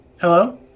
Hello